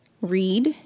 Read